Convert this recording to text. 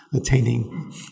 attaining